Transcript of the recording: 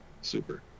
super